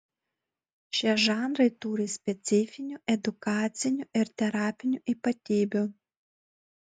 šie žanrai turi specifinių edukacinių ir terapinių ypatybių